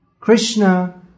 Krishna